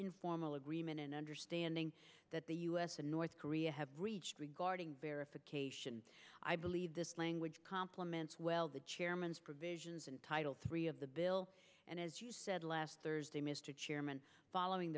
informal agreement an understanding that the u s and north korea have reached regarding verification i believe this language compliments well the chairman's provisions in title three of the bill and as you said last thursday mr chairman following